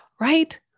Right